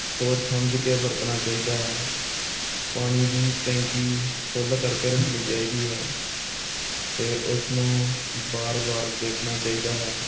ਸੋਚ ਸਮਝ ਕੇ ਵਰਤਣਾ ਚਾਹੀਦਾ ਹੈ ਪਾਣੀ ਦੀ ਟੈਂਕੀ ਫੁਲ ਕਰਕੇ ਰੱਖਣੀ ਚਾਹੀਦੀ ਹੈ ਅਤੇ ਉਸਨੂੰ ਵਾਰ ਵਾਰ ਦੇਖਣਾ ਚਾਹੀਦਾ ਹੈ